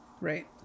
Right